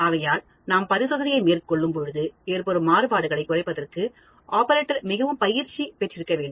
ஆகையால் நாம் பரிசோதனையை மேற்கொள்ளும் பொழுது ஏற்படும் மாறுபாடுகளை குறைப்பதற்கு ஆபரேட்டர் மிகவும் நன்றாக பயிற்சி பெற்றிருக்க வேண்டும்